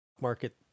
market